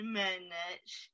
minutes